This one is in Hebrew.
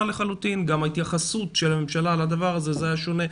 לחלוטין וגם ההתייחסות של הממשלה לדבר הזה הייתה שונה.